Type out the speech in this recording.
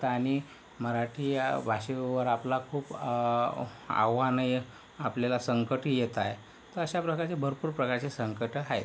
आणि मराठी या भाषेवर आपला खूप आव्हाने आपल्याला संकटं येत आहेत तर अशा प्रकारचे भरपूर प्रकारचे संकटं आहेत